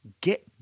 get